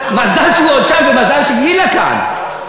מזל שהוא עוד שם ומזל שגילה כאן.